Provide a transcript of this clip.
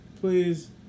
Please